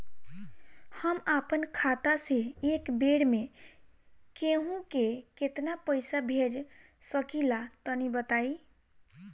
हम आपन खाता से एक बेर मे केंहू के केतना पईसा भेज सकिला तनि बताईं?